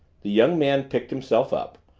the young man picked himself up,